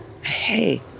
Hey